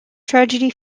tragedy